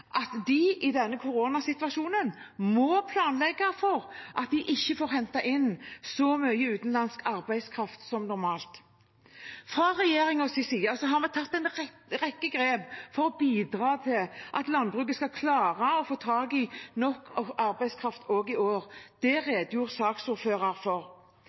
at de i denne koronasituasjonen må planlegge for at de ikke får hente inn så mye utenlandsk arbeidskraft som normalt. Fra regjeringens side har vi tatt en rekke grep for å bidra til at landbruket skal klare å få tak i nok arbeidskraft også i år. Det redegjorde saksordføreren for.